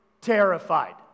terrified